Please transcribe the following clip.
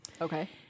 Okay